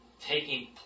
taking